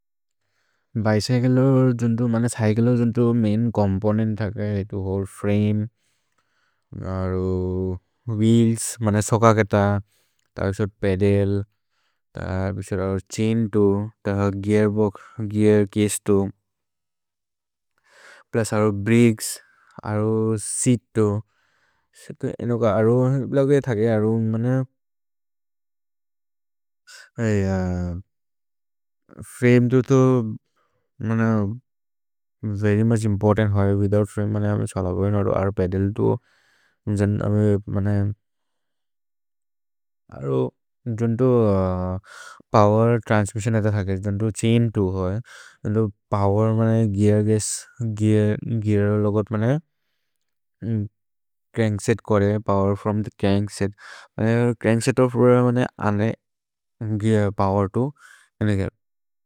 भैसेकेलुर् जुन्तो, मन सैकेलुर् जुन्तो मैन् चोम्पोनेन्त् थके है तु व्होले फ्रमे। अरु व्हील्स् मन सोककेत, त उसोद् पेदल्, त उसोद् अरु छैन् तु, त गेअर् बोक्स्, गेअर् चसे तु, प्लुस् अरु ब्रिच्क्स्। अरु सेअत् तु, से तु इनो क अरु लगे थके, अरु मन फ्रमे तु तु मन वेर्य् मुछ् इम्पोर्तन्त् है, विथोउत् फ्रमे मन अमे छल भै। न तु अरु पेदल् तु, जन् अमे मन अरु जुन्तो पोवेर् त्रन्स्मिस्सिओन् है थ थके, जुन्तो छैन् तु है, जुन्तो पोवेर् मन है गेअर् चसे। गेअर् लोगोत् मन है, च्रन्क् सेत् करि है, power from the crank set, crank set off करि है मन है अने गेअर् पोवेर् तु।